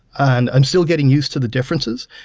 and i'm still getting used to the differences.